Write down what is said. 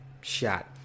shot